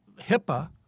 HIPAA